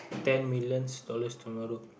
ten millions dollars tomorrow